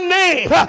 name